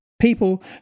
People